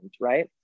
Right